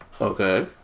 Okay